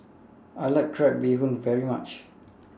I like Crab Bee Hoon very much